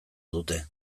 dute